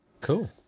cool